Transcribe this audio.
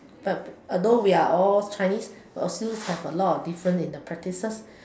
but although we are all chinese but still have a lot of difference in the practices